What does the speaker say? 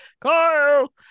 Kyle